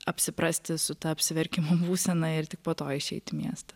apsiprasti su ta apsiverkimo būsena ir tik po to išeit į miestą